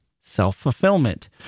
self-fulfillment